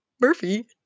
Murphy